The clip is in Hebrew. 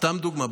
סתם דוגמה,